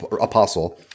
apostle